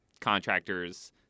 contractors